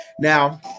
Now